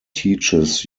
teaches